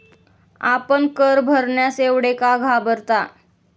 आपण कर भरण्यास एवढे का घाबरता?